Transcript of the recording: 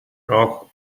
noch